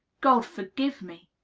god forgive me!